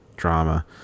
drama